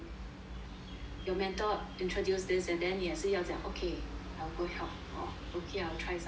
your mentor introduce this and then 你也是要讲 okay I'll go help or okay I'll try something out